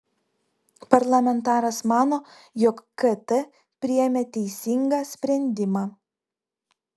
parlamentaras mano jog kt priėmė teisingą sprendimą